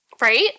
Right